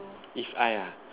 if I ah